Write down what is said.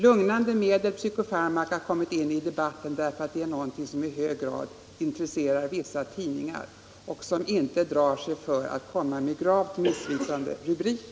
Lugnande medel och psykofarmaka har kommit in i debatten, främst genom en gravt missvisande rubrik.